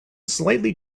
slightly